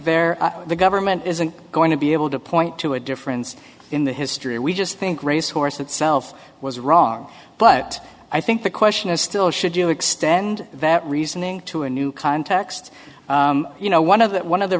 there the government isn't going to be able to point to a difference in the history we just think race horse itself was wrong but i think the question is still should you extend that reasoning to a new context you know one of the one of the